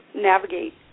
navigate